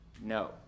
No